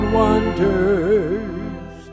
wonders